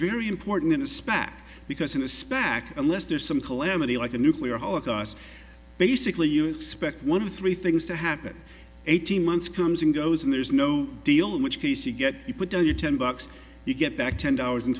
very important in a spec because in a spectacular lester's some calamity like a nuclear holocaust basically you expect one of three things to happen eighteen months comes and goes and there's no deal in which case you get to put down your ten bucks you get the ten dollars and